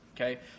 okay